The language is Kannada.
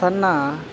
ತನ್ನ